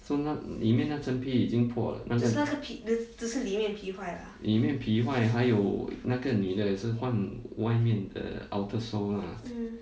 so now 里面那层皮已经破了那个里面皮坏还有那个女的也是换外面的 outer sole lah